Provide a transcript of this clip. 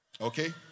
okay